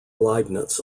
leibniz